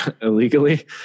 illegally